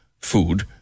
food